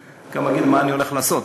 ואני גם אגיד מה אני הולך לעשות.